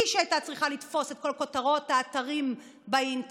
היא שהייתה צריכה לתפוס את כל כותרות האתרים באינטרנט.